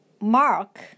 mark